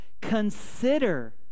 consider